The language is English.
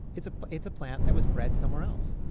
it's ah it's a plant that was bred somewhere else.